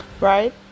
right